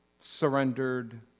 surrendered